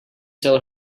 tell